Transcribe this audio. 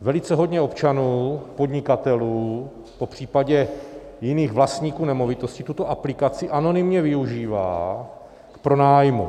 Velice hodně občanů, podnikatelů, popřípadě jiných vlastníků nemovitostí tuto aplikaci anonymně využívá k pronájmu.